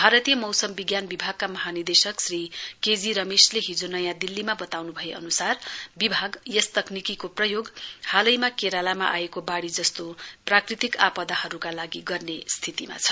भारतीय मौसम विज्ञान विभागका महानिर्देशक श्री के जी रमेशले हिजो नयाँ दिल्लीमा बताउन् भए अन्सार विभाग यस तकनिकीको प्रयोग हालैमा केरालामा आएको बाडी जस्तो प्राकृतिक आपदाहरूका लागि गर्ने स्थितिमा छ